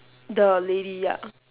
the lady ya